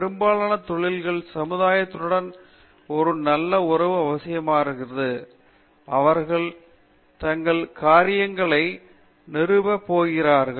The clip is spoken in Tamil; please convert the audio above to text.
பெரும்பாலான தொழில்களுக்கு சமுதாயத்துடனான ஒரு நல்ல உறவு அவசியமாகிறது அவற்றில் தங்கள் காரியங்களை நிறுவ போகிறார்கள்